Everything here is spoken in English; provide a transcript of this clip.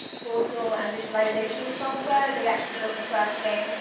portal, and visualization software. they actually built the first game.